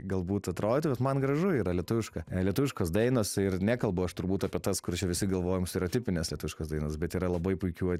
galbūt atrodytų bet man gražu yra lietuviška lietuviškos dainos ir nekalbu aš turbūt apie tas kur čia visi galvojam stereotipinės lietuviškos dainos bet yra labai puikių